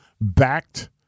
backed